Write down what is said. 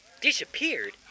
Disappeared